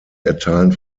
erteilen